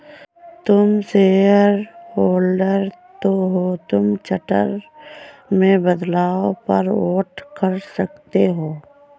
तुम शेयरहोल्डर हो तो तुम चार्टर में बदलाव पर वोट कर सकते हो